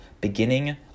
beginning